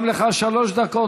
גם לך שלוש דקות.